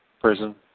prison